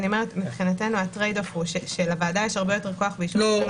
מבחינתנו הטרייד אוף הוא שלוועדה יש הרבה יותר כוח- - לא.